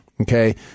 okay